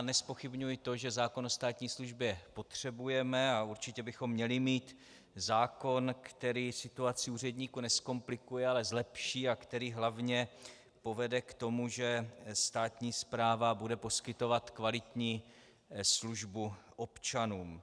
Nezpochybňuji to, že zákon o státní službě potřebujeme a určitě bychom měli mít zákon, který situaci úředníků nezkomplikuje, ale zlepší a který hlavně povede k tomu, že státní správa bude poskytovat kvalitní službu občanům.